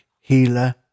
healer